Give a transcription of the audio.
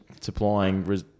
supplying